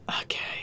okay